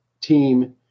team